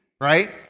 right